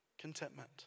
Contentment